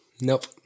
Nope